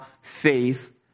faith